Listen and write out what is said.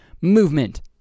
movement